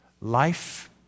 Life